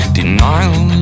denial